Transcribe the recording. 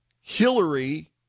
Hillary